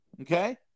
Okay